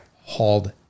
hauled